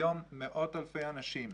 היום, מאות אלפי אנשים,